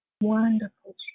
Wonderful